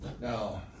Now